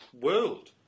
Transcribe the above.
World